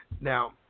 Now